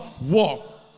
walk